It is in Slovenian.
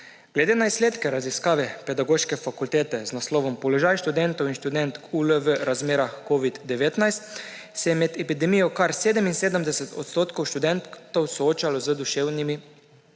Glede na izsledke raziskave Pedagoške fakultete z naslovom Položaj študentov in študentk UL v razmerah covid-19 se je med epidemijo kar 77 odstotkov študentov soočalo z duševnimi